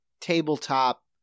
tabletop